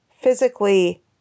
physically